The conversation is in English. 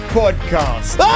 podcast